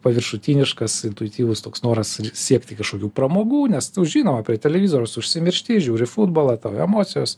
paviršutiniškas intuityvus toks noras siekti kažkokių pramogų nes nu žinoma prie televizoriaus užsimiršti žiūri futbolą tau emocijos